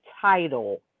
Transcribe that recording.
title